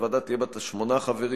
הוועדה תהיה בת שמונה חברים,